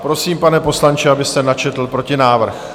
Prosím, pane poslanče, abyste načetl protinávrh.